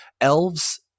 elves